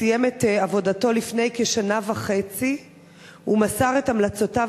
סיים את עבודתו לפני כשנה וחצי ומסר את המלצותיו